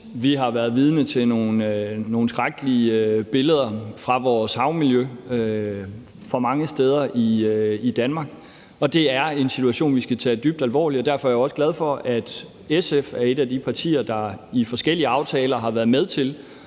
vi har været vidne til nogle skrækkelige billeder fra vores havmiljø for mange steder i Danmark, og det er en situation, vi skal tage dybt alvorligt. Derfor er jeg også glad for, at SF er et af de partier, der i forskellige aftaler har været med til